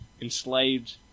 enslaved